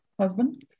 husband